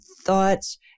thoughts